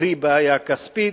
קרי בעיה כספית,